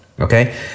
Okay